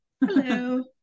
Hello